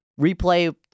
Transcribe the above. Replay